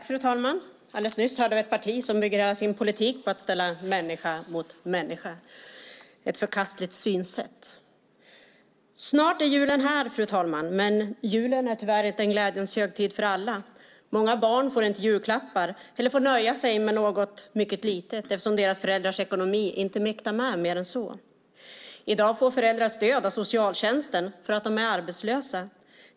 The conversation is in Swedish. Fru talman! Alldeles nyss hörde en företrädare för ett parti som bygger sin politik på att ställa människa mot människa - ett förkastligt synsätt. Snart är julen här, fru talman, men julen är tyvärr inte en glädjens högtid för alla. Många barn får inte julklappar eller får nöja sig med något mycket litet eftersom deras föräldrars ekonomi inte mäktar med mer än så. I dag får föräldrar stöd av socialtjänsten för att de är arbetslösa.